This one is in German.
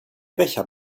becher